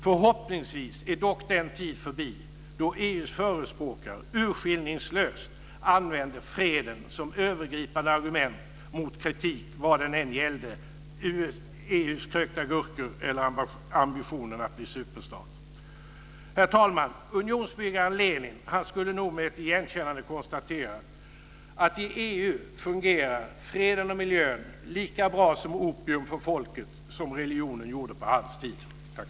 Förhoppningsvis är dock den tid förbi då EU:s förespråkare urskillningslöst använde freden som övergripande argument mot kritik vad den än gällde, EU:s krökta gurkor eller ambitionen att bli superstat. Herr talman! Unionsbyggaren Lenin skulle nog med ett igenkännande ha konstaterat att i EU fungerar freden och miljön lika bra som opium för folket som religionen gjorde på hans tid!